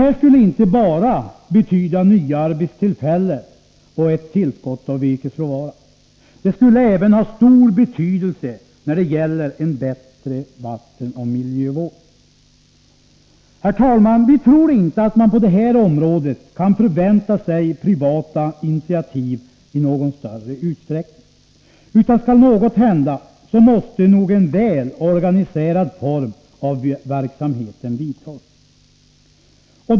Det skulle inte bara betyda nya arbetstillfällen och ett tillskott av virkesråvara; det skulle även ha stor betydelse när det gäller en bättre vattenoch miljövård. Herr talman! Vi tror inte att man på det här området kan vänta sig privata initiativ i någon större utsträckning, utan skall något hända måste nog verksamheten organiseras väl.